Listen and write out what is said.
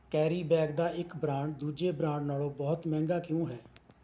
carry bag ਦਾ ਇੱਕ brand ਦੂਜੇ ਬ੍ਰਾਂਡ ਨਾਲੋਂ ਬਹੁਤ ਮਹਿੰਗਾ ਕਿਉਂ ਹੈ